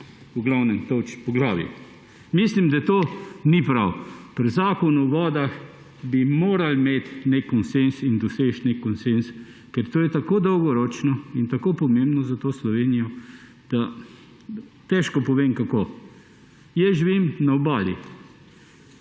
v glavnem tolči po glavi. Mislim, da to ni prav. Pri Zakonu o vodah bi morali imeti nek konsenz in doseči nek konsenz, ker to je tako dolgoročno in tako pomembno za to Slovenijo, da težko povem, kako. Jaz živim na Obali.